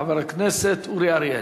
חבר הכנסת אורי אריאל.